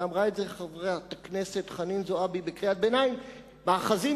ואמרה זאת חברת הכנסת חנין זועבי בקריאת ביניים: מאחזים,